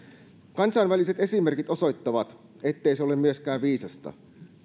kansainväliset esimerkit osoittavat ettei se ole myöskään viisasta